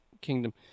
kingdom